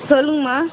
சொல்லுங்கள்மா